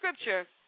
scripture